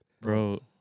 Bro